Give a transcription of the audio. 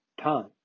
time